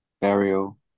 burial